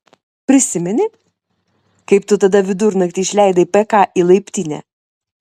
prisimeni kaip tu tada vidurnaktį išleidai pk į laiptinę